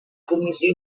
comissió